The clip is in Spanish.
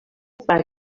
para